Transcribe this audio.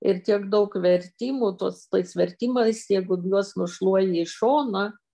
ir tiek daug vertimų tos tais vertimais jeigu juos nušluoji į šoną